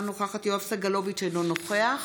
אינה נוכחת יואב סגלוביץ' אינו נוכח